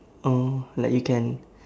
oh like you can